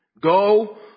Go